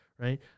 right